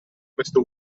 questo